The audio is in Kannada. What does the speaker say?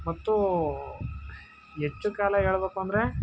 ಮತ್ತು ಹೆಚ್ಚು ಕಾಲ ಹೇಳ್ಬೇಕು ಅಂದರೆ